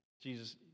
Jesus